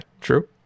True